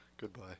goodbye